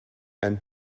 and